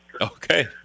Okay